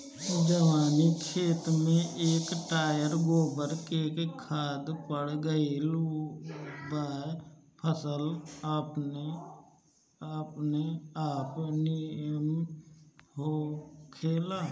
जवनी खेत में एक टायर गोबर के खाद पड़ गईल बा फसल अपनेआप निमन होखेला